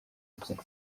ebyiri